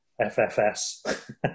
FFS